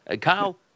Kyle